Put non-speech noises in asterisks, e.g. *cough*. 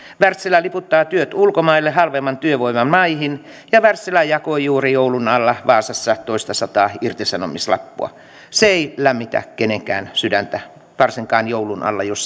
wärtsilä liputtaa työt ulkomaille halvemman työvoiman maihin ja wärtsilä jakoi juuri joulun alla vaasassa toistasataa irtisanomislappua se ei lämmitä kenenkään sydäntä varsinkaan joulun alla jos *unintelligible*